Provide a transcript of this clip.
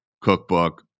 cookbook